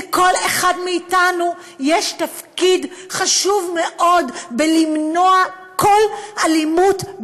לכל אחד מאיתנו יש תפקיד חשוב מאוד בלמנוע כל אלימות,